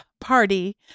Party